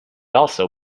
also